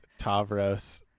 Tavros